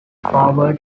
powered